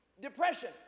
depression